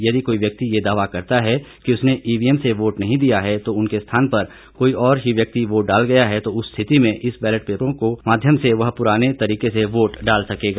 यदि कोई व्यक्ति ये दावा करता है कि उसने ईवीएम से वोट नहीं दिया है तो उनके स्थान पर कोई और ही व्यक्ति वोट डाल गया है तो उस स्थिति में इन बैलेट पेपरों के माध्यम से वह पुराने तरीके से वोट डाल सकेगा